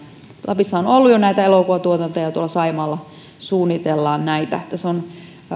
lapissa on ollut jo näitä elokuvatuotantoja ja nyt myös saimaalla suunnitellaan tuotantoa tässä on